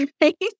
right